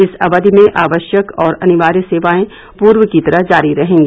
इस अवधि में आवश्यक और अनिवार्य सेवाएं पूर्व की तरह जारी रहेंगी